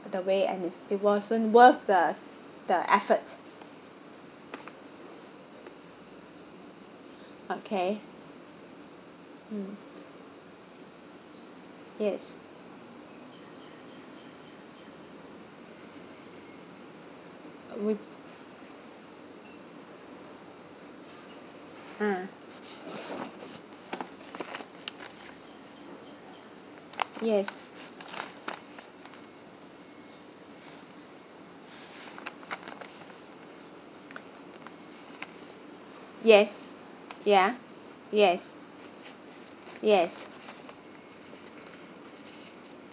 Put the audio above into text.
the way and it it wasn't worth the the effort okay mm yes we ah yes yes ya yes yes